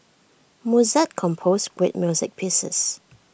Mozart composed great music pieces